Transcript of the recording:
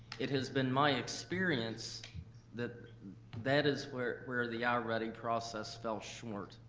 it has been my experience that that is where where the ah i-ready process fell short.